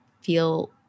feel